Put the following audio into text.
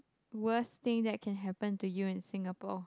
worst thing that can happen to you in Singapore